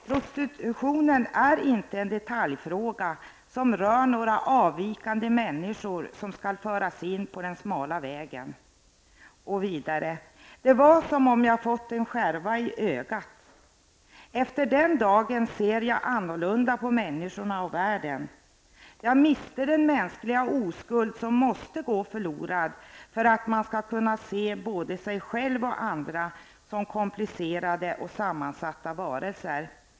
Prostitutionen är inte en detaljfråga som rör några avvikande människor som skall föras in på den smala vägen. Det var som om jag fått en skärva i ögat. Efter den dagen ser jag annorlunda på människorna och världen. Jag miste den mänskliga oskuld som måste gå förlorad för att man skall kunna se både sig själv och andra som komplicerade och sammansatta varelser.